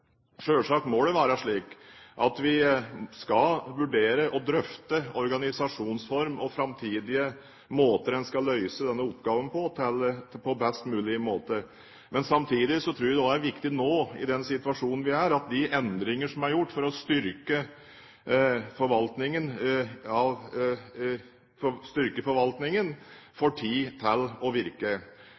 slik at vi skal vurdere og drøfte organisasjonsform og framtidige måter å løse denne oppgaven på best mulig. Men samtidig tror jeg også det er viktig nå, i den situasjonen vi er i, at de endringer som er gjort for å styrke forvaltningen, får tid til å virke.